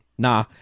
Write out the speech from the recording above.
Nah